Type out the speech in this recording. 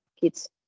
kid's